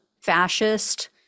fascist